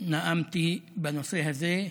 נאמתי בנושא הזה,